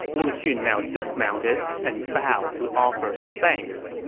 lu xun now dismounted and bowed to offer his thanks.